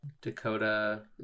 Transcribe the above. Dakota